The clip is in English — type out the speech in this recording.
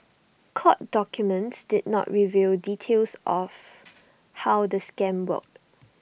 court documents did not reveal details of how the scam worked